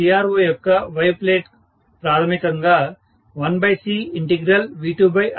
CRO యొక్క Y plate ప్రాథమికంగా 1CV2RL